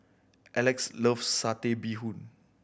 Elex loves Satay Bee Hoon